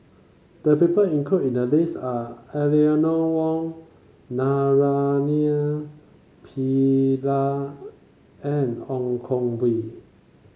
the people includ in the list are Eleanor Wong Naraina Pillai and Ong Koh Bee